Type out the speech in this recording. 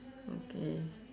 okay